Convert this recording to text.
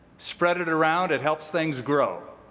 spread it around, it helps things grow.